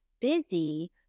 busy